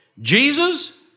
Jesus